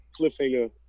cliffhanger